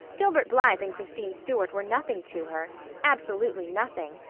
gilbert blythe and christine stuart were nothing to her absolutely nothing.